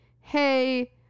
hey